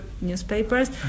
newspapers